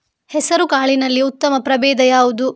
ಹೆಸರುಕಾಳಿನಲ್ಲಿ ಉತ್ತಮ ಪ್ರಭೇಧ ಯಾವುದು?